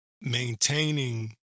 maintaining